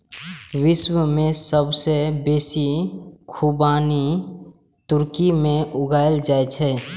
विश्व मे सबसं बेसी खुबानी तुर्की मे उगायल जाए छै